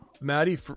Maddie